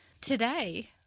Today